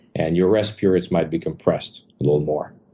and your rest periods might be compressed a little more.